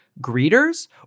greeters